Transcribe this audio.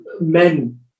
men